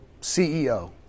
CEO